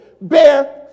bear